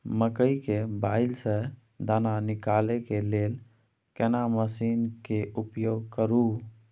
मकई के बाईल स दाना निकालय के लेल केना मसीन के उपयोग करू?